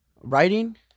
Writing